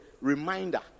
reminder